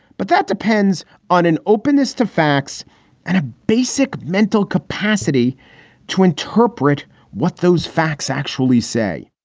but that depends on an openness to facts and a basic mental capacity to interpret what those facts actually say